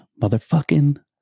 motherfucking